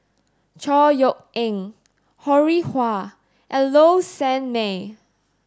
Chor Yeok Eng Ho Rih Hwa and Low Sanmay